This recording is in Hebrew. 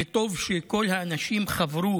וטוב שכל האנשים חברו